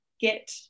get